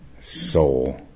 soul